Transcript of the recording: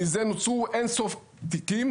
מזה נוצרו אינסוף תיקים,